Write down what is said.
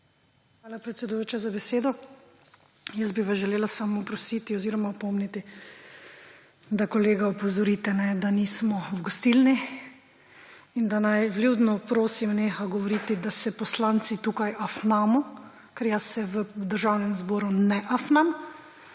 Hvala, predsedujoča, za besedo. Jaz bi vas želela samo prositi oziroma opomniti, da kolega opozorite, da nismo v gostilni, in da naj, vljudno prosim, neha govoriti, da se poslanci tukaj afnamo, ker jaz se v Državnem zboru ne afnam.